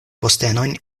postenojn